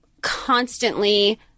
constantly